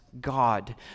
God